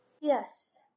Yes